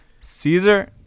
caesar